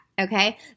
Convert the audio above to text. okay